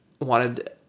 wanted